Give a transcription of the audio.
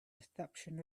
reception